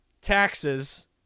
taxes